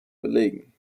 belegen